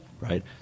right